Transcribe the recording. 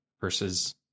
versus